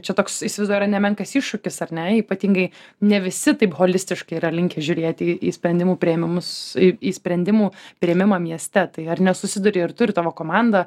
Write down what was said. čia toks įsivaizduoju yra nemenkas iššūkis ar ne ypatingai ne visi taip holistiškai yra linkę žiūrėti į į sprendimų priėmimus į į sprendimų priėmimą mieste tai ar nesusiduri ir tu ir tavo komanda